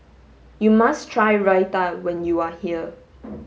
you must try Raita when you are here